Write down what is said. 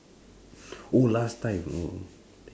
oh last time oh damn